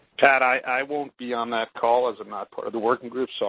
pat, i won't be on that call as i'm not part of the working group, so